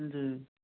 जी